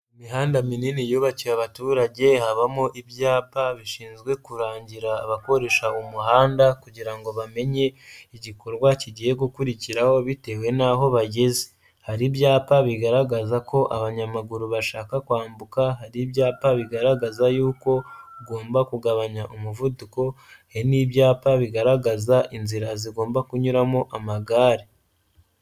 Imihanda minini yubakiwe abaturage habamo ibyapa bishinzwe kurangira abakoresha umuhanda kugira ngo bamenye igikorwa kigiye gukurikiraho bitewe n'aho bageze, hari ibyapa bigaragaza ko abanyamaguru bashaka kwambuka, hari ibyapa bigaragaza yuko ugomba kugabanya umuvuduko, hari n'ibyapa bigaragaza inzira zigomba kunyuramo amagare.